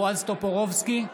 בועז טופורובסקי,